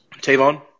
Tavon